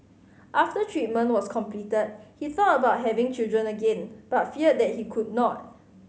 after treatment was completed he thought about having children again but feared that he could not